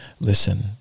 listen